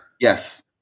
Yes